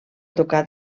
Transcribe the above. tocar